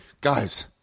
Guys